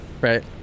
right